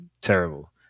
terrible